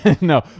No